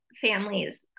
families